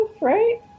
right